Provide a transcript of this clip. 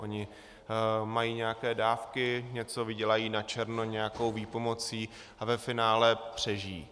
Oni mají nějaké dávky, něco vydělají načerno nějakou výpomocí a ve finále přežijí.